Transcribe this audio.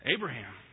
Abraham